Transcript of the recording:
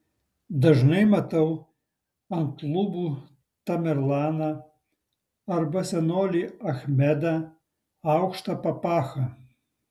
dažnai matau ant lubų tamerlaną arba senolį achmedą aukšta papacha